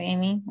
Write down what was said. Amy